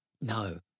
No